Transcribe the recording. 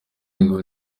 ngo